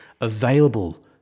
available